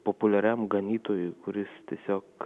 populiariam ganytojui kuris tiesiog